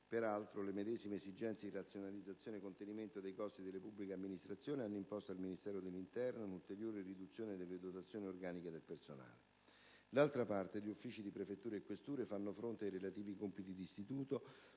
Peraltro, le medesime esigenze di razionalizzazione e di contenimento dei costi delle pubbliche amministrazioni hanno imposto al Ministero dell'interno un'ulteriore riduzione delle dotazioni organiche del personale. D'altra parte, gli uffici di prefetture e questure fanno fronte ai relativi compiti d'istituto